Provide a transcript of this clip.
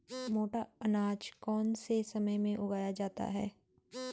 मोटा अनाज कौन से समय में उगाया जाता है?